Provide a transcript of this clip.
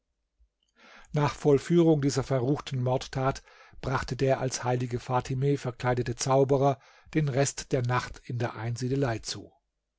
nach vollführung dieser verruchten mordtat brachte der als heilige fatime verkleidete zauberer den rest der nacht in der einsiedelei zu